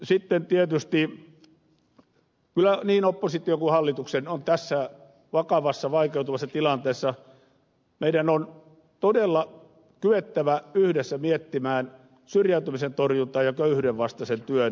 sitten tietysti niin opposition kuin hallituksenkin on tässä vakavassa vaikeutuvassa tilanteessa todella kyettävä yhdessä miettimään syrjäytymisen torjuntaa ja köyhyydenvastaisen työn toteuttamista